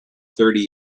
thirty